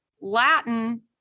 Latin